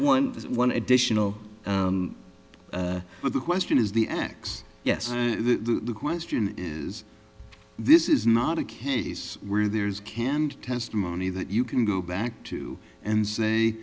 one one additional but the question is the ex yes the question is this is not a case where there's canned testimony that you can go back to and say